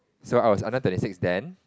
so I was under twenty six then